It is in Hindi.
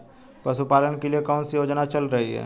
पशुपालन के लिए कौन सी योजना चल रही है?